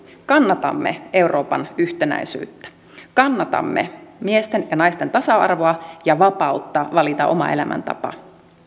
kannatamme euroopan yhtenäisyyttä kannatamme miesten ja naisten tasa arvoa ja vapautta valita oma elämäntapa